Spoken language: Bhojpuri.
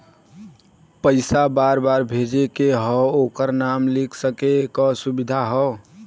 पइसा बार बार भेजे के हौ ओकर नाम लिख सके क सुविधा हौ